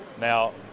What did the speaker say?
Now